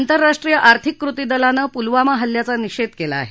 आंतरराष्ट्रीय आर्थिक कृति दलानं पुलवामा हल्ल्याचा निषेध केला आहे